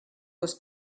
was